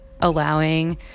allowing